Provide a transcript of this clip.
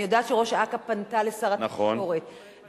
אני יודעת שראש אכ"א פנתה אל שר התקשורת, נכון.